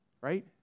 right